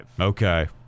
Okay